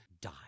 die